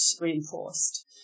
reinforced